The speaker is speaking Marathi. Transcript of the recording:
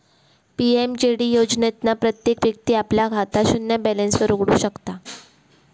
पी.एम.जे.डी योजनेतना प्रत्येक व्यक्ती आपला खाता शून्य बॅलेंस वर उघडु शकता